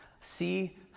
See